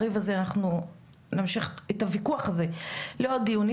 אנחנו נמשיך את הוויכוח הזה לעוד דיונים,